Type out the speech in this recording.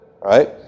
right